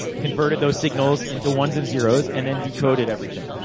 converted those signals into ones and zeroes, and then decoded everything.